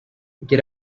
get